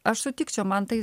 aš sutikčiau man tai